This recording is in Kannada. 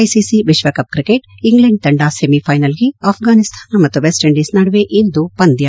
ಐಸಿಸಿ ವಿಶ್ವಕಪ್ ಕ್ರಿಕೆಟ್ ಇಂಗ್ಲೆಂಡ್ ತಂಡ ಸೆಮಿಫೈನಲ್ಗೆ ಅಫ್ಟಾನಿಸ್ತಾನ ಮತ್ತು ವೆಸ್ಟ್ ಇಂಡೀಸ್ ನಡುವೆ ಇಂದು ಪಂದ್ಯ